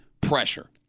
pressure